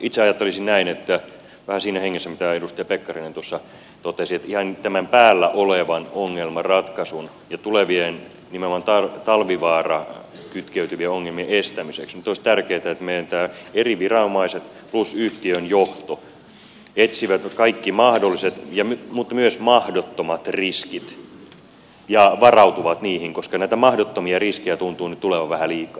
itse ajattelisin näin vähän siinä hengessä mitä edustaja pekkarinen tuossa totesi että ihan tämän päällä olevan ongelman ratkaisun ja tulevien nimenomaan talvivaaraan kytkeytyvien ongelmien estämiseksi nyt olisi tärkeintä että meidän eri viranomaiset plus yhtiön johto etsivät kaikki mahdolliset mutta myös mahdottomat riskit ja varautuvat niihin koska näitä mahdottomia riskejä tuntuu nyt tulevan vähän liikaa